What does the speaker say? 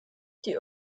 die